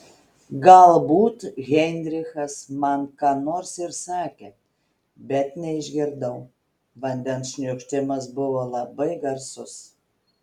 galbūt heinrichas man ką nors ir sakė bet neišgirdau vandens šniokštimas buvo labai garsus